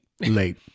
late